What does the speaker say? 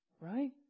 right